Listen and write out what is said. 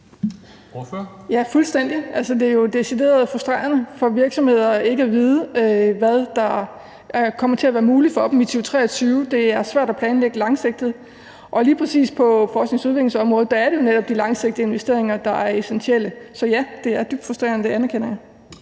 Ja, fuldstændig. Altså, det er jo decideret frustrerende for virksomheder ikke at vide, hvad der kommer til at være muligt for dem i 2023. Det er svært at planlægge langsigtet, og lige præcis på forsknings- og udviklingsområdet er det jo netop de langsigtede investeringer, der er essentielle. Så ja, det er dybt frustrerende, og det anerkender